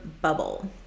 bubble